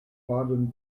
baden